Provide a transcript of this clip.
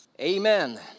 Amen